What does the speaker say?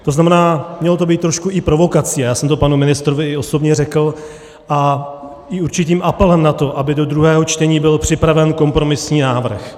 To znamená, mělo to být trošku i provokací, já jsem to panu ministrovi i osobně řekl, a i určitým apelem na to, aby do druhého čtení byl připraven kompromisní návrh.